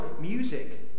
music